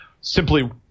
Simply